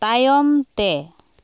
ᱛᱟᱭᱚᱢ ᱛᱮ